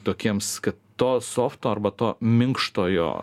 tokiems to softo arba to minkštojo